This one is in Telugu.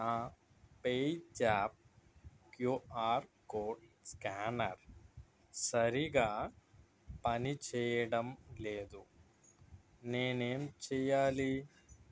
నా పేజాప్ క్యూఆర్ కోడ్ స్కానర్ సరిగా పనిచేయడం లేదు నేనేం చేయాలి